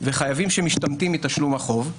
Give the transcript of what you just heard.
וחייבים שמשתמטים מתשלום החוב.